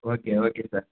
okay okay sir